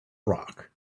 rock